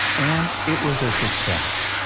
and it was a success!